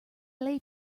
lay